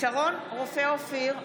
שרון רופא אופיר,